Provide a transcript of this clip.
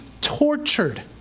tortured